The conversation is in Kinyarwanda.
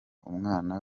umwana